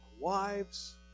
wives